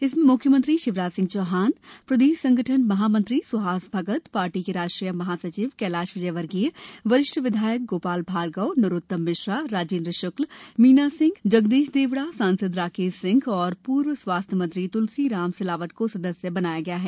इसमें मुख्यमंत्री शिवराज सिंह चौहान प्रदेश संगठन महामंत्री सुहास भगत पार्टी के राष्ट्रीय महासचिव कैलाश विजयवर्गीय वरिष्ठ विधायक गोपाल भार्गव नरोत्तम मिश्रा राजेन्द्र शुक्ला मीना सिंह जगदीश देवड़ा सांसद राकेश सिंह और पूर्व स्वास्थ्य मंत्री तुलसीराम सिलावट को सदस्य बनाया गया है